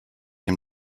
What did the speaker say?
him